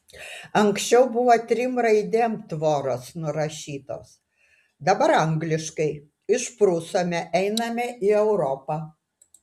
anksčiau buvo trim raidėm tvoros nurašytos dabar angliškai išprusome einame į europą